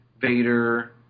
Vader